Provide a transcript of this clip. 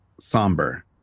somber